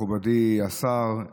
מכובדי השר,